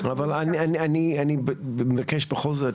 אבל אני מבקש בכל זאת,